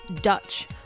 Dutch